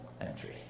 entry